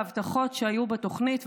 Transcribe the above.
בהבטחות שהיו בתוכנית,